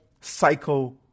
Cycle